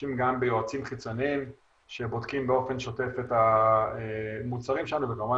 משתמשים גם ביועצים חיצוניים שבודקים באופן שוטף את המוצרים שלנו וכמובן